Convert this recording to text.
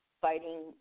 fighting